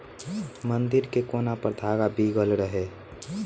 मंदिर के कोना पर धागा बीगल रहे